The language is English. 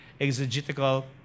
exegetical